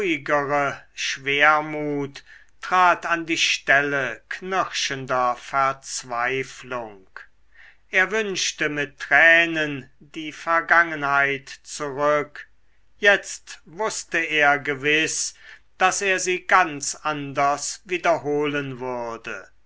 schwermut trat an die stelle knirschender verzweiflung er wünschte mit tränen die vergangenheit zurück jetzt wußte er gewiß daß er sie ganz anders wiederholen würde